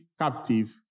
captive